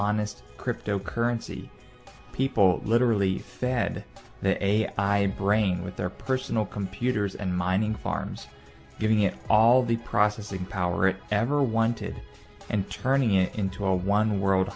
honest crypto currency people literally fed the ai brain with their personal computers and mining farms giving it all the processing power it ever wanted and turning it into a one world